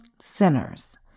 sinners